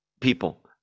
people